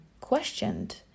questioned